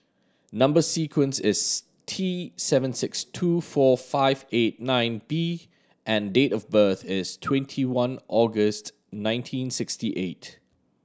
number sequence is T seven six two four five eight nine B and date of birth is twenty one August nineteen sixty eight